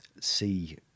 see